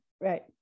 Right